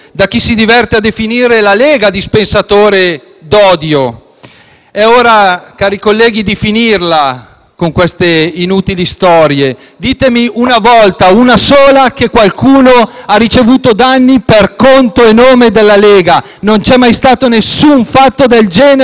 di odio. Colleghi, è ora di finirla con queste inutili storie. Ditemi una volta, una sola, che qualcuno ha ricevuto danni per conto e nome della Lega! Non c'è mai stato nessun fatto del genere in tutti questi anni di politica. Non è mai accaduto!